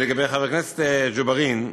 לגבי חבר הכנסת ג'בארין,